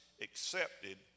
accepted